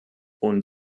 und